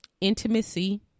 intimacy